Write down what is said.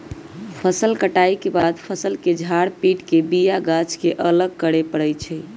फसल कटाइ के बाद फ़सल के झार पिट के बिया गाछ के अलग करे परै छइ